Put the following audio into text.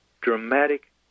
dramatic